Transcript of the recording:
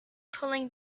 pulling